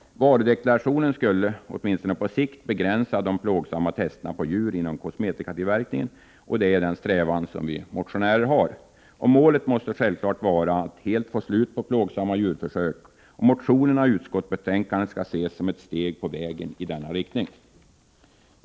Varudeklarationen skulle alltså leda till att de plågsamma testerna på djur inom kosmetikatillverkningen åtminstone på sikt begränsades, och det är den strävan vi motionärer har. Målet måste självfallet vara att helt få slut på de plågsamma djurförsöken. Motionerna och utskottsbetänkandet skall ses som ett steg i denna riktning.